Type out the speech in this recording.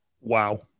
wow